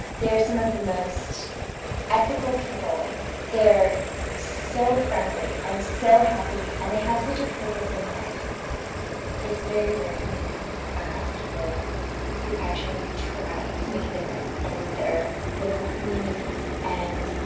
they're some of the most ethical people they are so friendly and so happy and they have such a purpose in life it's very rare for me to come across people who actually try to make a difference in their local communities, and